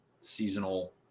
seasonal